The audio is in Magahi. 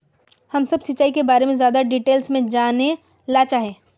हम सब सिंचाई के बारे में ज्यादा डिटेल्स में जाने ला चाहे?